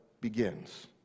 begins